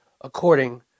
according